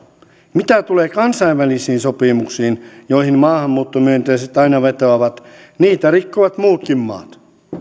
mitä tulee kansainvälisiin sopimuksiin joihin maahanmuuttomyönteiset aina vetoavat niitä rikkovat muutkin maat